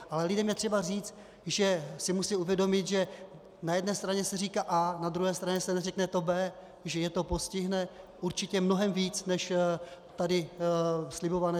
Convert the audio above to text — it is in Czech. Ale lidem je třeba říct, že si musí uvědomit, že na jedné straně se říká A, na druhé straně se neřekne to B, že je to postihne určitě mnohem víc než tady slibované zvýšení daní.